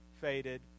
faded